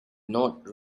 not